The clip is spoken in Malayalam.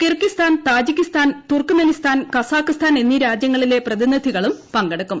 Kyrgyzstan Tajikistan Turkmenistan Kazakhstan എന്നീ രാജ്യങ്ങളിലെ പ്രതിനിധികളും പങ്കെടുക്കും